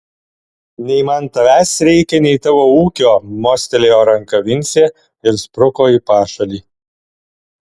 nei man tavęs reikia nei tavo ūkio mostelėjo ranka vincė ir spruko į pašalį